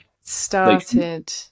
started